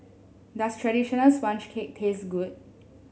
does traditional sponge cake taste good